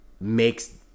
makes